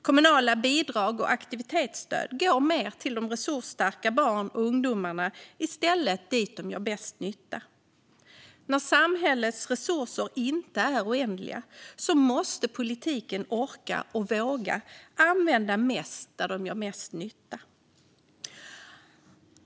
Kommunala bidrag och aktivitetsstöd går mer till resursstarka barn och ungdomar i stället för dit där de gör mest nytta. När samhällets resurser inte är oändliga måste politiken orka och våga använda mest där de gör mest nytta.